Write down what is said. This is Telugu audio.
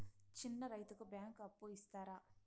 చిన్న రైతుకు బ్యాంకు అప్పు ఇస్తారా?